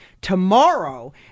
tomorrow